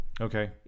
Okay